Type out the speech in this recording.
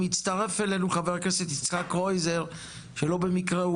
הצטרף אלינו חבר הכנסת יצחק קרויזר שלא במקרה הוא